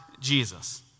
Jesus